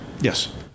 Yes